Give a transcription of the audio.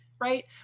right